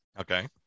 Okay